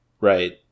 right